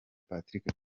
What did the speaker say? patrick